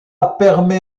permet